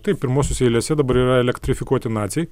taip pirmosiose eilėse dabar yra elektrifikuoti naciai